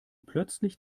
plötzlich